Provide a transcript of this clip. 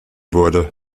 wurde